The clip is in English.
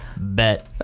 Bet